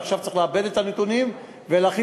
ועכשיו צריך לעבד את הנתונים ולהכין